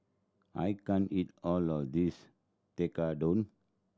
I can't eat all of this Tekkadon